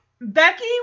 Becky